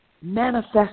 manifest